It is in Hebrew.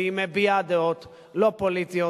והיא מביעה דעות לא פוליטיות,